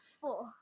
four